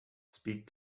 speak